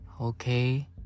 okay